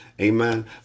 Amen